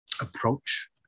approach